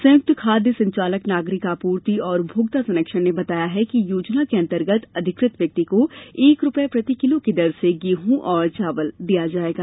संयुक्त संचालक खाद्य नागरिक आपूर्ति एवं उपभोक्ता संरक्षण ने बताया कि योजनांतर्गत अधिकृत व्यक्ति को एक रूपये प्रति किलो की दर से गेहूँ और चावल प्रदाय किया जाएगा